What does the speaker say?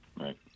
Right